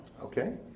Okay